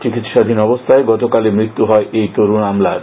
চিকিৎসাধীন অবস্থায় গতকালই মৃত্যু হয় এই তরুণ আমলার